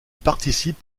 participent